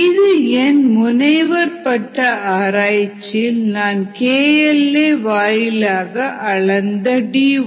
இது என் முனைவர் பட்ட ஆராய்ச்சியில் நான் KL a வாயிலாக அளந்த டி ஓ